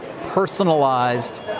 personalized